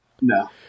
No